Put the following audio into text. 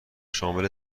شامل